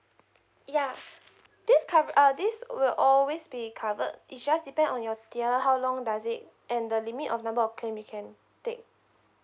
ya this cov~ uh this will always be covered it's just depend on your tier how long does it and the limit of number of claim you can take